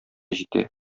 җитә